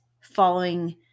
following